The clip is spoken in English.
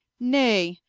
nay,